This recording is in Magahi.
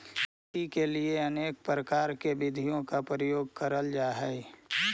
खेती के लिए अनेक प्रकार की विधियों का प्रयोग करल जा हई